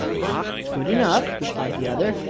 ah! good enough replied the other,